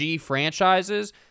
franchises